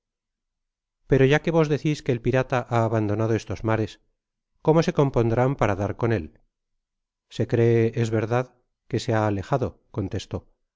pero ya que vos decis que el pirata ha abandonado estos mares cómo se compondrán para dar con él se cree es verdad que se ha alejado contestó